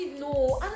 no